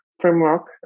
framework